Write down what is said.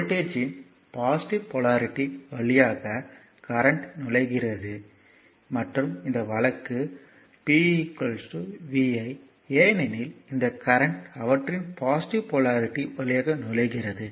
voltage இன் positive polarity வழியாக current நுழைகிறது மற்றும் இந்த வழக்கு p vi ஏனெனில் இந்த கரண்ட் அவற்றின் பாசிட்டிவ் போலாரிட்டி வழியாக நுழைகிறது